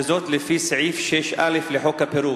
וזאת לפי סעיף 6(א) לחוק הפירוק?